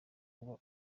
kuba